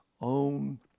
own